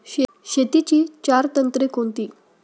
शेतीची चार तंत्रे कोणती?